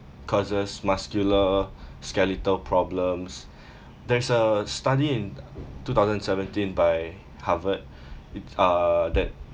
causes muscular skeletal problems there's a study in two thousand seventeen by harvard it's uh that